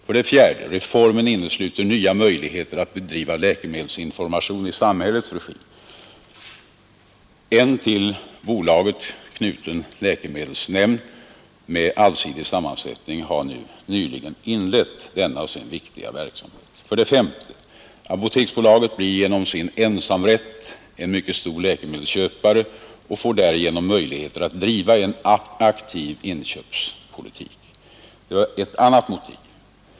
För det fjärde: ”Överenskommelsen innesluter också nya möjligheter att bedriva läkemedelsinformation i samhällets regi.” En till bolaget knuten läkemedelsnämnd med allsidig sammansättning har nyligen inlett sin viktiga verksamhet. För det femte: ”Apoteksbolaget blir genom sin ensamrätt en mycket stor läkemedelsköpare. Bolaget får möjlighet att driva en aktiv inköpspolitik.” Det var ett annat motiv.